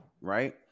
right